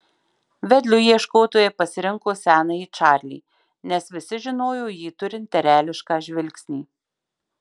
vedliu ieškotojai pasirinko senąjį čarlį nes visi žinojo jį turint erelišką žvilgsnį